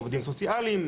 עובדים סוציאליים,